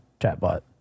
chatbot